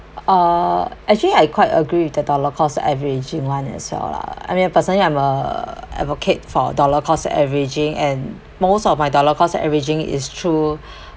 uh actually I quite agree with the dollar cost averaging one as well lah I mean personally I'm uh advocate for dollar cost averaging and most of my dollar cost averaging is through